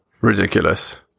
Ridiculous